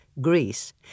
Greece